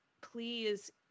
please